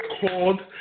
called